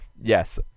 Yes